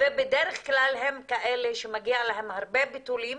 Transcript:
בדרך כלל הם כאלה שמגיע להם הרבה ביטולים